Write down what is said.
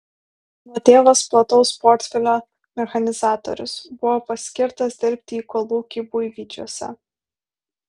mano tėvas plataus profilio mechanizatorius buvo paskirtas dirbti į kolūkį buivydžiuose